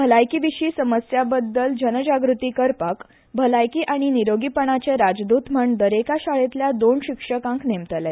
भलायकी विशीं समस्या बदल लोकजागृताय करपाक भलायकी आनी निरोगीपणाचे राजद्रत म्हणून दरेका शाळेंतल्या दोन शिक्षकांक नेमतले